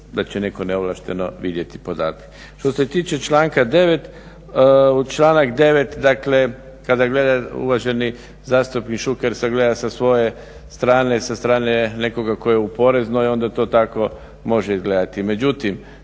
da će netko neovlašten vidjeti podatke. Što se tiče članka 9.u članak 9.dakle kada gledate, uvaženi zastupnik Šuker sagleda sa svoje strane, sa strane nekoga tko je u poreznoj onda to tako može izgledati.